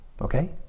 okay